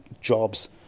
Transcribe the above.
jobs